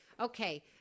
Okay